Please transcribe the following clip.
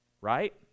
right